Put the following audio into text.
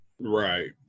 Right